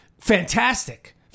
fantastic